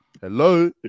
Hello